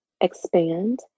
expand